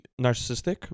narcissistic